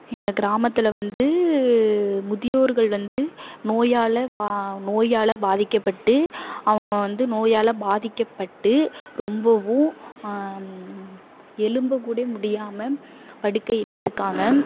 எங்கள் கிராமத்தில் வந்து முதியோர்கள் வந்து நோயால் வா நோயால் பாதிக்கப்பட்டு அவங்க வந்து நோயால் பாதிக்கப்பட்டு ரொம்பவும் எழும்பக்கூட முடியாமல் படுக்கையிலேயே இருக்காங்க